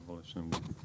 בבקשה.